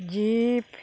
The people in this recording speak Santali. ᱡᱤᱯ